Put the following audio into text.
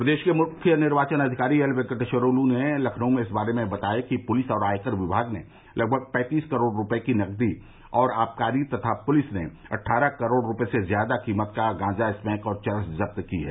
प्रदेश के मुख्य निर्वाचन अधिकारी एल वेंकटेश्वर लू ने लखनऊ में इस बारे में बताया कि पुलिस और आयकर विभाग ने लगभग पैंतीस करोड़ रूपये की नकदी और आबकारी तथा पुलिस ने अट्ठारह करोड़ रूपये से ज्यादा कीमत का गांजा स्मैक और चरस जुदा की है